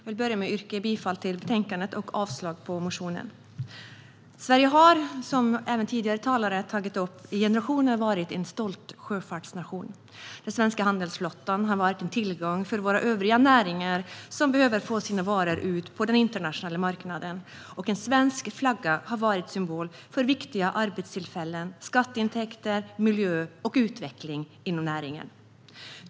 Fru talman! Jag yrkar bifall till förslaget i betänkandet och avslag på motionen. Sverige har, som tidigare talare tagit upp, i generationer varit en stolt sjöfartsnation. Den svenska handelsflottan har varit en tillgång för våra övriga näringar, som behöver få ut sina varor på den internationella marknaden. En svensk flagga har varit en symbol för viktiga arbetstillfällen, skatteintäkter, miljö och utveckling inom näringen.